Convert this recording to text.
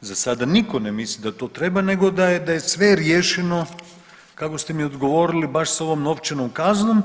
za sada nitko ne misli da to treba, nego da je sve riješeno kako ste mi odgovorili baš sa ovom novčanom kaznom.